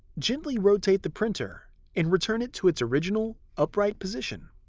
gently rotate the printer and return it to its original, upright position.